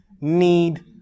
need